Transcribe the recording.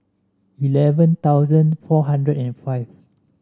eleven thousand four hundred and five